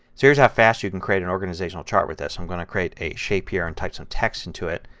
so here's how fast you can create an organization chart with this. i'm going to create a shape here and type some test into it.